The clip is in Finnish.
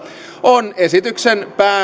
on esityksen